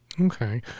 Okay